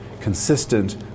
consistent